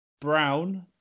Brown